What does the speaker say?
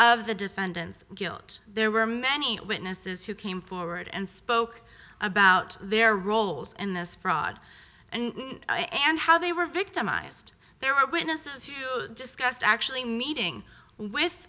of the defendant's guilt there were many witnesses who came forward and spoke about their roles in this fraud and how they were victimized there are witnesses who you discussed actually meeting with